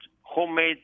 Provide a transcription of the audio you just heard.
homemade